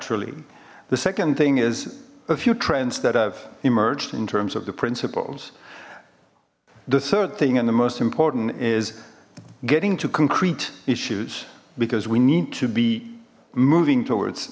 lly the second thing is a few trends that have emerged in terms of the principles the third thing and the most important is getting to concrete issues because we need to be moving towards